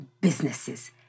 businesses